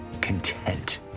content